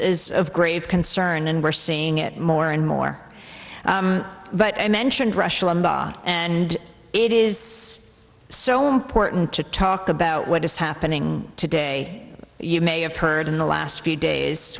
is of grave concern and we're seeing it more and more but i mentioned rush limbaugh and it is so important to talk about what is happening today you may have heard in the last few days